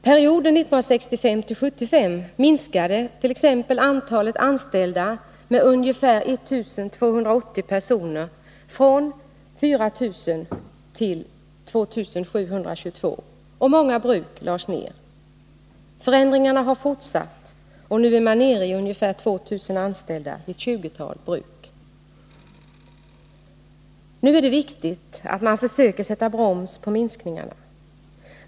Perioden 1965-1975 minskade t.ex. antalet anställda med 1 280 personer från ca 4 000 till 2722, och många bruk lades ner. Förändringarna har fortsatt, och nu är man nere i ungefär 2 000 anställda vid ett 20-tal bruk. Nu är det viktigt att man försöker sätta broms på minskningarna.